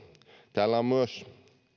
täällä on myös